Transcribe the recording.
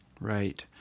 Right